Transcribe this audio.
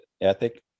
ethic